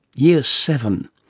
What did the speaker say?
year seven.